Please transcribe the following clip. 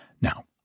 Now